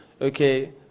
Okay